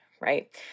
right